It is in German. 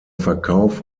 verkauf